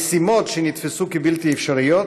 המשימות שנתפסו כבלתי אפשריות?